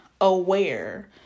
aware